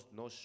no